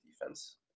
defense